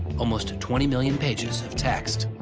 almost twenty million pages of text.